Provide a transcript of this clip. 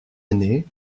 année